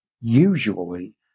usually